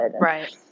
right